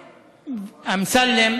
אמסלם.